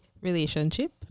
relationship